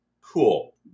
Cool